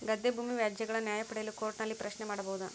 ಗದ್ದೆ ಭೂಮಿ ವ್ಯಾಜ್ಯಗಳ ನ್ಯಾಯ ಪಡೆಯಲು ಕೋರ್ಟ್ ನಲ್ಲಿ ಪ್ರಶ್ನೆ ಮಾಡಬಹುದಾ?